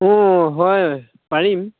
অঁ হয় পাৰিম